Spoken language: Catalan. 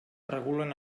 regulen